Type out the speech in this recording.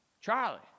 Charlie